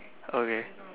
okay